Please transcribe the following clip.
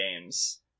games